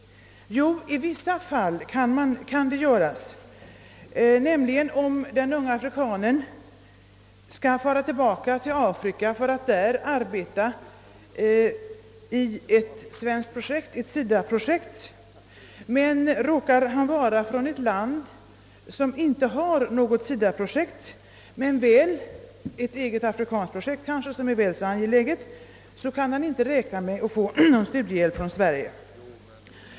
Jo, i vissa fall kan detta göras, nämligen om den unga afrikanen far tillbaka till Afrika för att där arbeta i ett SIDA-projekt, men råkar han komma från ett land som inte har något sådant projekt men ett eget afrikanskt projekt som kanske är väl så angeläget, kan han inte räkna med att få studiehjälp från Sverige.